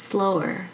Slower